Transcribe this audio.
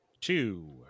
two